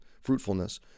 fruitfulness